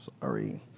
sorry